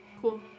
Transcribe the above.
Cool